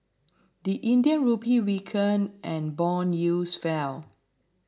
the Indian Rupee weakened and bond yields fell